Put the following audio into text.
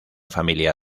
familia